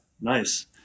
nice